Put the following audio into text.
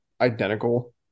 identical